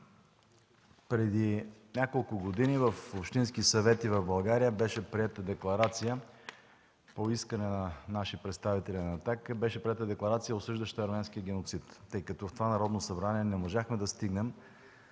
Преди няколко години в общински съвети в България по искане на представители на „Атака” беше приета декларация, осъждаща арменския геноцид. Тъй като в това Народно събрание не можахме да стигнем